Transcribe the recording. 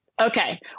Okay